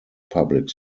public